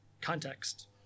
context